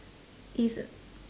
is